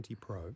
Pro